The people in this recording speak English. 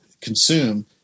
consume